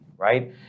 Right